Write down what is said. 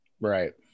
Right